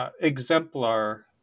exemplar